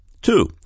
Two